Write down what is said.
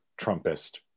Trumpist